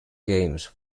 games